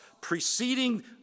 preceding